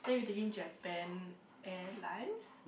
then we taking Japan airlines